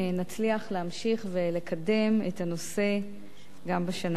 להמשיך ולקדם את הנושא גם בשנה הקרובה.